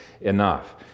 enough